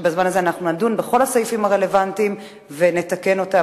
בזמן הזה אנחנו נדון בכל הסעיפים הרלוונטיים ונתקן אותם,